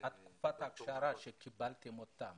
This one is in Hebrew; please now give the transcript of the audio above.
ד"ר נגוסה תקופת ההכשרה שקיבלתם אותם